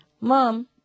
Mom